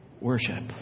Worship